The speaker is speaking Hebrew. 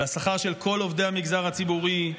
על השכר של כל עובדי המגזר הציבורי.